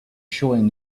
showing